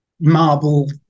marble